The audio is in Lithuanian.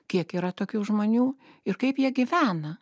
kiek yra tokių žmonių ir kaip jie gyvena